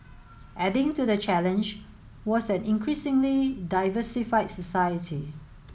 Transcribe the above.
adding to the challenge was an increasingly diversified society